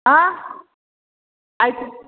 आं ऐक